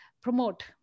promote